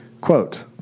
Quote